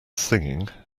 singing